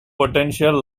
potential